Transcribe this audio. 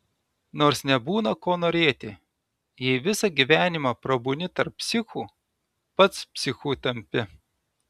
nors nebūna ko norėti jei visą gyvenimą prabūni tarp psichų pats psichu tampi